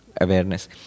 awareness